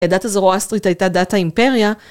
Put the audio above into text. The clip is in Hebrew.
הדת הזורואסטרית היתה דת האימפריה...